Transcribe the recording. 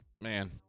man